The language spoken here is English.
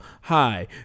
Hi